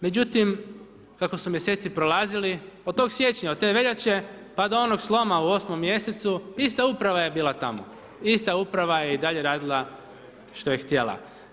Međutim, kako su mjeseci prolazili, od tog siječnja, od te veljače pa do onog sloma u 8. mjesecu, ista Uprava je bila tamo, ista uprava je i dalje radila što je htjela.